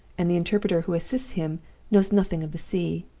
and the interpreter who assists him knows nothing of the sea.